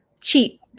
cheat